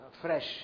fresh